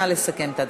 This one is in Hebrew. נא לסכם את ההצבעה.